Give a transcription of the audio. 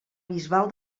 bisbal